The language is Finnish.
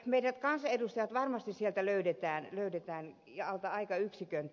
meidät kansanedustajat sieltä varmasti löydetään alta aikayksikön